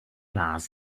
vás